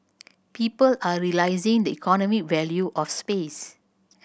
people are realising the economic value of space